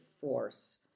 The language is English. force